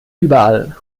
überall